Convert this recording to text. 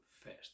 first